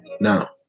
now